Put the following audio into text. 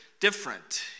different